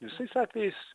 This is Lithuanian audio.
visais atvejais